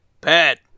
Pat